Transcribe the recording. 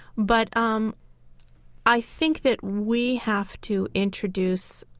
but um i think that we have to introduce